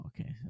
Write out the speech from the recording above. okay